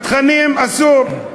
בתכנים, אסור.